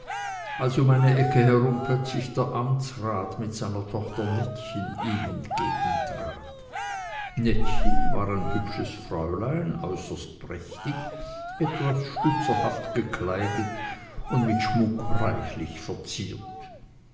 als um eine ecke herum plötzlich der amtsrat mit seiner tochter nettchen ihm entgegentrat nettchen war ein hübsches fräulein äußerst prächtig etwas stutzerhaft gekleidet und mit schmuck reichlich verziert